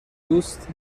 دوست